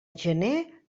gener